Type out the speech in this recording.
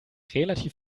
relativ